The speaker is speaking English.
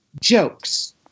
jokes